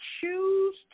choose